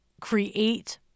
create